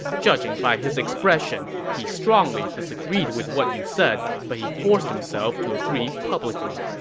judging by his expression, he strongly disagreed with what you said, but he forced himself to agree publicly.